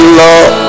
love